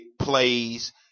plays